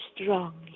strongly